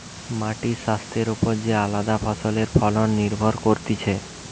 মাটির স্বাস্থ্যের ওপর যে আলদা ফসলের ফলন নির্ভর করতিছে